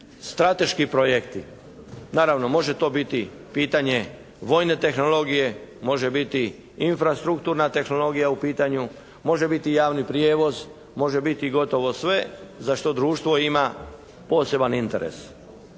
strateški projekti. Naravno može to biti pitanje vojne tehnologije, može biti infrastrukturna tehnologija u pitanju. Može biti javni prijevoz, može biti gotovo sve za što društvo ima poseban interes.